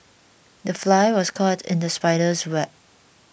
the fly was caught in the spider's web